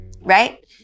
Right